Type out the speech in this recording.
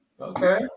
Okay